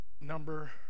Number